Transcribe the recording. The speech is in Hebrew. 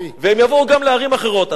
והם יבואו גם לערים אחרות.